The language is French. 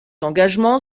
engagement